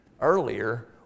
earlier